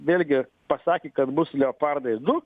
vėlgi pasakė kad bus leopardai du